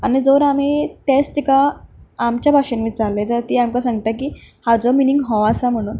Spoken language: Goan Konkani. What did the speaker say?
आनी जर आमी तेंच तिका आमच्या भाशेन विचारलें जाल्यार ती आमकां सांगता की हाजो मिनींग हो आसा म्हणून